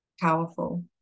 powerful